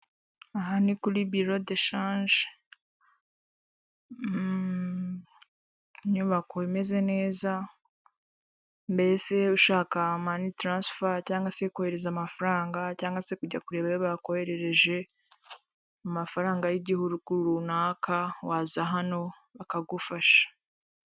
Aha ni kuri biro deshage inyubako imeze neza mbese ushaka mani transifa cyangwa se kohereza amafaranga cyangwa se kujya kureba ayo bakoherereje, amafaranga y'igihugu runaka waza hano bakagufasha.